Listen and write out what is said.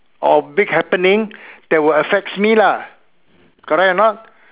or big happening that will affects me lah correct or not